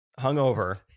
hungover